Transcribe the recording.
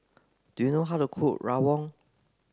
do you know how to cook Rawon